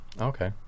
Okay